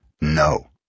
no